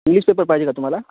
English paper पाहिजे का तुम्हाला